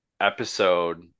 episode